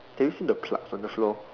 can you see the plugs on the floor